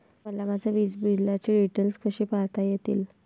मला माझ्या वीजबिलाचे डिटेल्स कसे पाहता येतील?